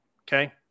Okay